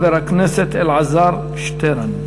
חבר הכנסת אלעזר שטרן.